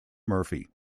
murphy